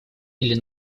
или